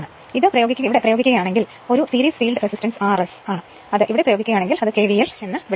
അതിനാൽ പ്രയോഗിക്കുകയാണെങ്കിൽ ഇത് ഒരു series field resistance R S ആണ് ഇവിടെ പ്രയോഗിക്കുകയാണെങ്കിൽ കെ വി എൽ എന്ന് വിളിക്കും